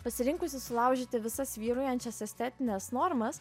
pasirinkusi sulaužyti visas vyraujančias estetines normas